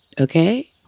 okay